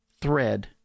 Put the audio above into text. thread